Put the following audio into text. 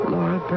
Laura